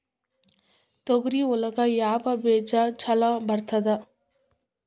ತೊಗರಿ ಒಳಗ ಯಾವ ಬೇಜ ಛಲೋ ಬರ್ತದ?